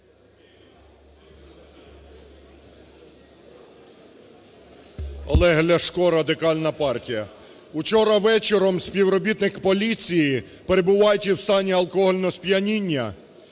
Олег Ляшко Радикальна партія. Вчора вечором співробітник поліції, перебуваючи в стані алкогольного сп'яніння